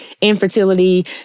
infertility